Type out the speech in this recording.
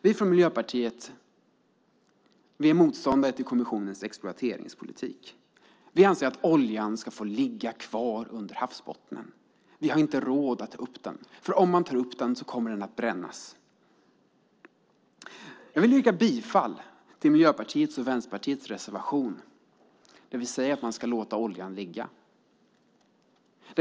Vi från Miljöpartiet är motståndare till kommissionens exploateringspolitik. Vi anser att oljan ska få ligga kvar under havsbottnen. Vi har inte råd att ta upp den, för om man tar upp den kommer den att brännas. Jag yrkar bifall till Miljöpartiets och Vänsterpartiets reservation där vi säger att man ska låta oljan ligga.